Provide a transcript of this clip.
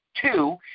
Two